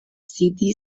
city